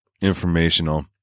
informational